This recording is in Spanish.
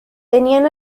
tenían